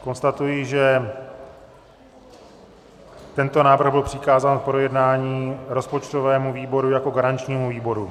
Konstatuji, že tento návrh byl přikázán k projednání rozpočtovému výboru jako garančnímu výboru.